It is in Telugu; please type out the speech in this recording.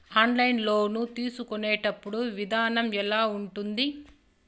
ఆన్లైన్ లోను తీసుకునేటప్పుడు విధానం ఎలా ఉంటుంది